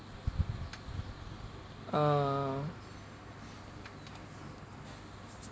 uh